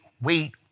wait